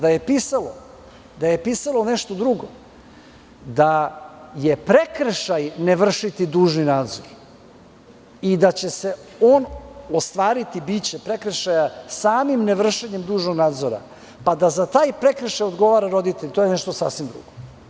Da je pisalo nešto drugo, da je prekršaj nevršiti dužni nadzor i da će se on ostvariti, biće prekršaja, samim nevršenjem dužnog nadzora pa da za taj prekršaj odgovara roditelj, to je nešto sasvim drugo.